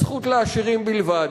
הזכות לעשירים בלבד.